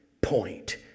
point